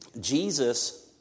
Jesus